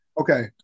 Okay